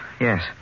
Yes